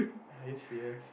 are you serious